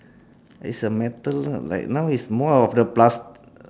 it's a metal ah like now is more of the plas~ uh